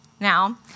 Now